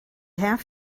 have